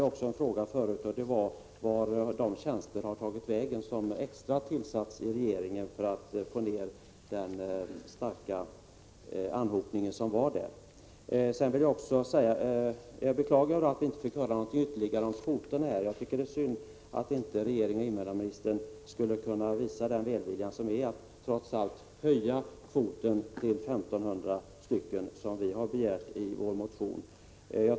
Jag frågade förut också vart de extra tjänster har tagit vägen som regeringen beviljat för att man skulle klara av den stora anhopningen av ärenden. Jag beklagar att vi inte fick höra något ytterligare om kvoterna. Det är synd att regeringen och invandrarministern inte kan visa den välvilja som det skulle innebära att höja kvoten till I 500, som vi har begärt i vår motion.